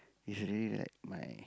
is really like my